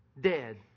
dead